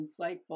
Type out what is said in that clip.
insightful